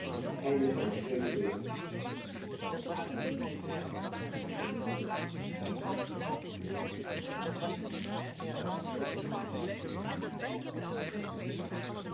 het grootste deel